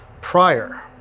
prior